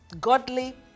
godly